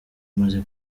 amaze